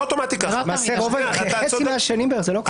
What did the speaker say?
למעשה חצי מהשנים זה לא ככה.